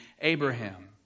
Abraham